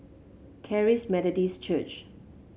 Charis Methodist Church